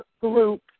group